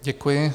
Děkuji.